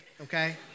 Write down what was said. okay